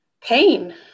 pain